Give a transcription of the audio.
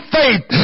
faith